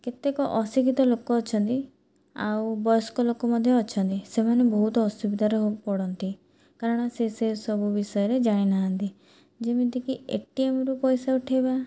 କେତେକ ଅଶିକ୍ଷିତ ଲୋକ ଅଛନ୍ତି ଆଉ ବୟସ୍କ ଲୋକ ମଧ୍ୟ ଅଛନ୍ତି ସେମାନେ ବହୁତ ଅସୁବିଧାରେ ପଡ଼ନ୍ତି କାରଣ ସେ ସବୁ ବିଷୟରେ ଜାଣି ନାହାନ୍ତି ଯେମିତିକି ଏଟିଏମରୁ ପଇସା ଉଠେଇବା